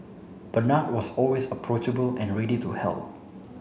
Bernard was always approachable and ready to help